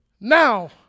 Now